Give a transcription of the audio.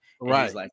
Right